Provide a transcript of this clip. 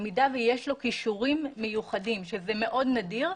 במידה שיש לו כישורים מיוחדים שזה מאוד נדיר,